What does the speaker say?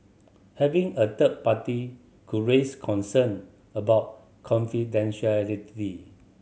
having a third party could raise concern about confidentiality